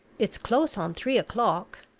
it's close on three o'clock.